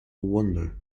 wonder